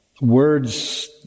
Words